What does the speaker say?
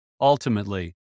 ultimately